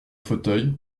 fauteuil